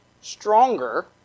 stronger